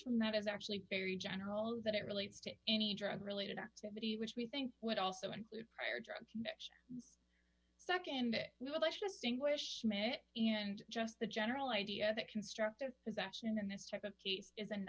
from that is actually very general that it relates to any drug related activity which we think would also include prior drug conviction nd well let's just englishman it and just the general idea that constructive possession in this type of case is an